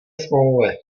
smlouvy